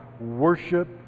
worship